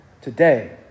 today